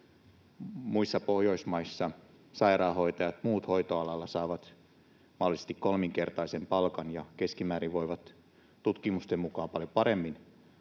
muissa Pohjoismaissa sairaanhoitajat, muut hoitoalalla saavat mahdollisesti kolminkertaisen palkan ja voivat tutkimusten mukaan keskimäärin